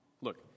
Look